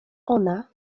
ona